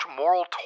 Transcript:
moral